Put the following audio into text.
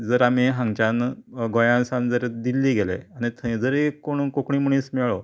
जर आमी हांगच्यान गोंया सावन जर दिल्ली गेले आनी थंय जरी कोण कोंकणी मनीस मेळ्ळो